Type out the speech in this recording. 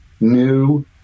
new